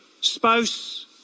spouse